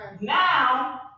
Now